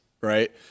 right